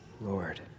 Lord